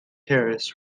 harris